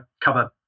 cover